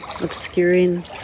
obscuring